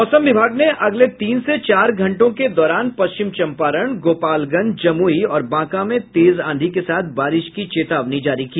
मौसम विभाग ने अगले तीन से चार घंटों के दौरान पश्चिम चंपारण गोपालगंज जमुई और बांका में तेज आंधी के साथ बारिश की चेतावनी जारी की